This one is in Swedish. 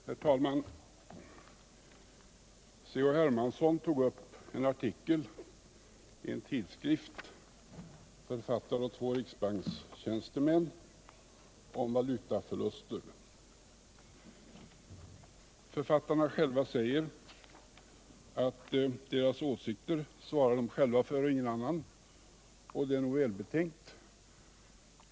Herr talman! C.-H. Hermansson tog upp en artikel om valutaförluster i en tidskrift författad av två riksbankstjänstemän. Författarna säger att deras åsikter svarar de själva för och ingen annan, och det är nog välbetänkt.